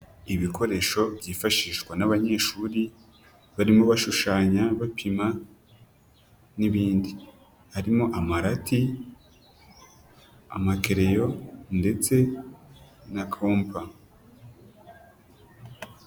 Ibikoresho byifashishwa n'abanyeshuri, barimo bashushanya, bapima n'ibindi, harimo amarati, amakereyo ndetse na kompa.